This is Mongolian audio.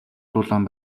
дулаан